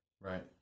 Right